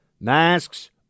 Masks